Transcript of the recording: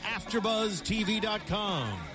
AfterBuzzTV.com